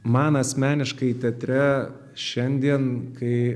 man asmeniškai teatre šiandien kai